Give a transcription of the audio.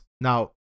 Now